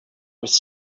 was